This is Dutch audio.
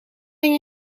ben